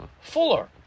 Fuller